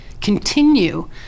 continue